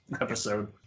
episode